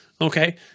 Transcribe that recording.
Okay